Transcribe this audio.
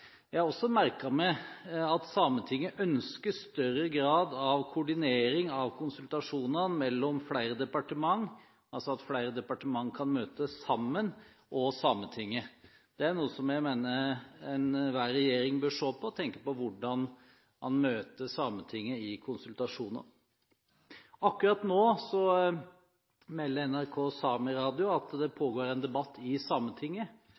Jeg har også merket meg at Sametinget ønsker større grad av koordinering av konsultasjonene mellom flere departementer, altså at flere departementer kan møtes sammen, og Sametinget. Det er noe jeg mener enhver regjering bør se på med tanke på hvordan man møter Sametinget i forbindelse med konsultasjoner. NRK Sameradioen melder om at det akkurat nå pågår en debatt i Sametinget.